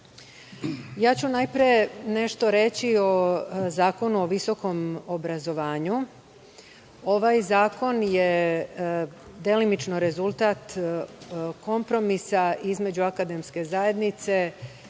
najpre ću nešto reći o Zakonu o visokom obrazovanju. Ovaj zakon je delimično rezultat kompromisa između akademske zajednice